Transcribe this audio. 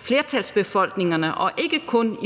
flertalsbefolkningerne og ikke kun